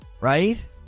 right